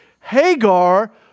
Hagar